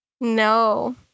No